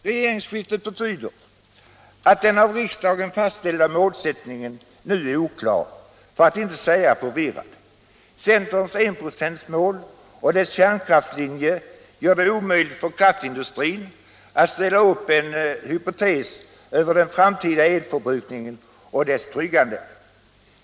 Regeringsskiftet betyder att den av riksdagen fastställda målsättningen nu är oklar för att inte säga förvirrad. Centerns enprocentsmål och dess kärnkraftslinje gör det omöjligt för kraftindustrin att ställa upp en hypotes över den framtida elförbrukningen och dess tryggande.